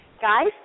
guys